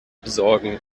besorgen